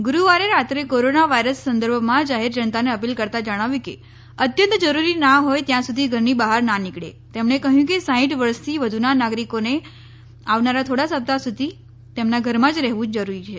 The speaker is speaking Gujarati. ગુરૂવારે રાત્રે કોરોના વાયરસ સંદર્ભે માં જાહેર જનતાને અપીલ કરતા જણાવ્યું કે અત્યંત જરૂરી ના હોય ત્યા સુધી ઘરની બહાર ના નીકળે તેમણે કહ્યું કે સાંઇઠ વર્ષથી વધુના નાગરીકોએ આવનારા થોડા સપ્તાહ સુધી તેમના ઘરમાં જ રહેવુ જોઇએ